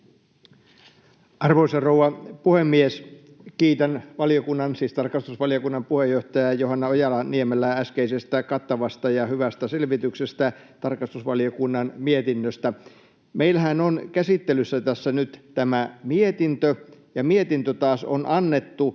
Arvoisa rouva puhemies! Kiitän tarkastusvaliokunnan puheenjohtaja Johanna Ojala-Niemelää äskeisestä kattavasta ja hyvästä selvityksestä tarkastusvaliokunnan mietinnöstä. Meillähän on tässä nyt käsittelyssä tämä mietintö, ja mietintö taas on annettu